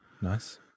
Nice